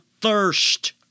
thirst